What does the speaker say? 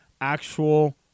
actual